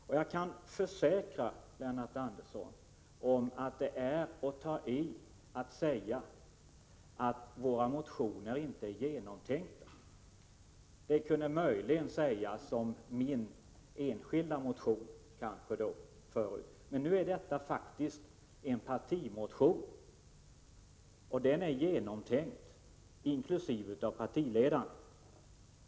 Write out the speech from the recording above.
Och Lennart Andersson, det är väl att ta i att säga att våra motioner inte är genomtänkta. Det kunde möjligen sägas om min enskilda motion tidigare, men nu är detta faktiskt en partimotion och den är genomtänkt, även av partiledaren.